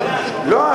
לא,